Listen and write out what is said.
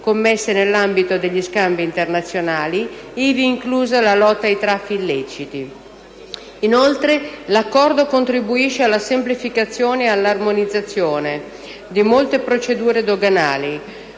Inoltre l'accordo contribuisce alla semplificazione e all'armonizzazione di molte procedure doganali,